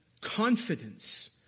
confidence